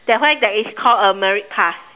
that's why that is called a merit pass